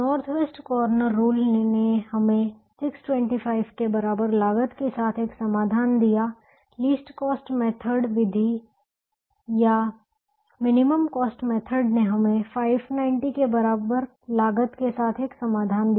north west corner rule ने हमें 625 के बराबर लागत के साथ एक समाधान दिया लिस्ट कॉस्ट मेथड न्यूनतम लागत विधि या मिनिमम कॉस्ट मेथड ने हमें 590 के बराबर लागत के साथ एक समाधान दिया